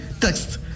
text